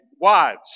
Wives